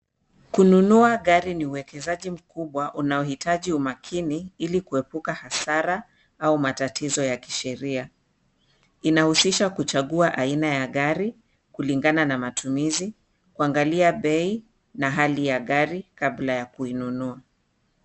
Kununua gari ni uwekezaji mkubwa unaohitaji umakini ili kuepuka hasara au matatizo ya kisheria. Inahusisha kuchagua aina ya gari kulingana na matumizi, kuangalia bei na hali ya gari kabla ya kuinunua.